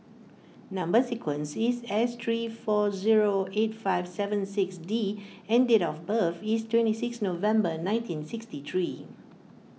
Number Sequence is S three four zero eight five seven six D and date of birth is twenty seven November nineteen sixty three